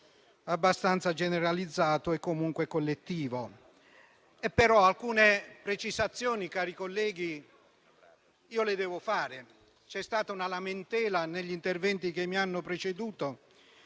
abbastanza generalizzato e comunque collettivo. Tuttavia, alcune precisazioni, cari colleghi, le devo fare. C'è stata una lamentela negli interventi che mi hanno preceduto